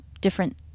different